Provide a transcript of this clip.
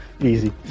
Easy